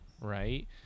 right